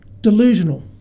delusional